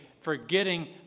forgetting